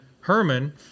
Herman